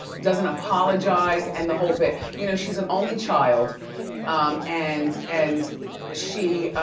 doesn't apologize, and the whole bit. you know, she's an only child um and and she